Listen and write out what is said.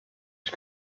ich